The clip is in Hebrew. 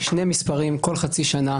שני מספרים, כל חצי שנה,